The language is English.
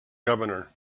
governor